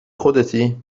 خودتی